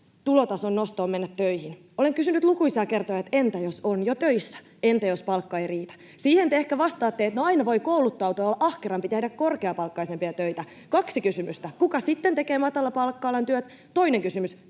tulotason nosto on mennä töihin. Olen kysynyt lukuisia kertoja: entä jos on jo töissä, entä jos palkka ei riitä? Siihen te ehkä vastaatte, että no aina voi kouluttautua ja olla ahkerampi, tehdä korkeapalkkaisempia töitä. Kysymys: kuka sitten tekee matalapalkka-alan työt? Toinen kysymys: